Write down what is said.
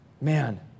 Man